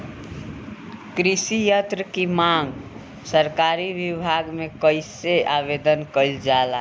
कृषि यत्र की मांग सरकरी विभाग में कइसे आवेदन कइल जाला?